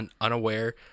unaware